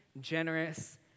generous